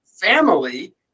family